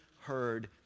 heard